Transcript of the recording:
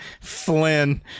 Flynn